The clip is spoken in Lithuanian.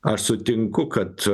aš sutinku kad